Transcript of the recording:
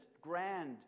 grand